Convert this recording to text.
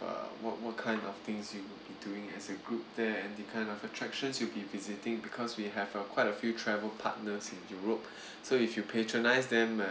uh what what kind of things you would be doing as a group there and the kind of attractions you'll be visiting because we have uh quite a few travel partners in europe so if you patronize them uh